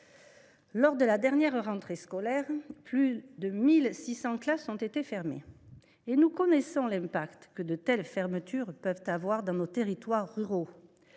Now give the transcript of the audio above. Lors de la dernière rentrée scolaire, plus de 1 600 classes ont été fermées ; nous connaissons les conséquences que de telles fermetures emportent dans nos territoires ruraux.